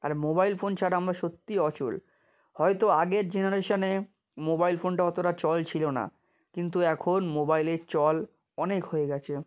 আর mobile phone ছাড়া আমরা সত্যিই অচল হয়তো আগের জেনারেশনে মোবাইল ফোনটা অতটা চল ছিলো না কিন্তু এখন মোবাইলের চল অনেক হয়ে গেছে